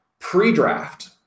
pre-draft